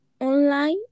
online